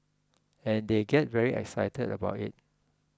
and they get very excited about it